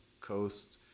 coast